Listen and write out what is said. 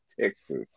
Texas